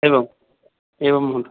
एवम् एवं महोदय